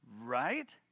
Right